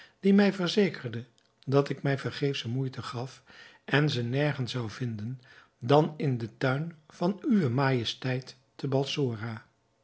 die mij verzekerde dat ik mij vergeefsche moeite gaf en ze nergens zou vinden dan in den tuin van uwe majesteit te balsora